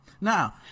Now